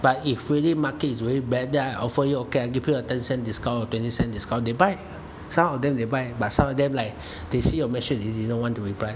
but if really markets is really bad then I offer you okay I give you a ten cent discount twenty cent discount they buy some of them they buy but some of them like they see your message they don't want to reply